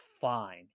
fine